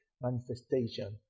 manifestation